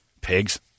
Pigs